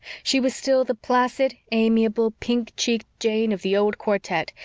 she was still the placid, amiable, pink-cheeked jane of the old quartette,